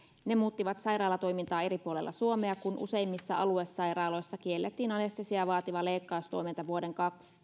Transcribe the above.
ne muuttivat sairaalatoimintaa eri puolilla suomea kun useimmissa aluesairaaloissa kiellettiin anestesiaa vaativa leikkaustoiminta vuoden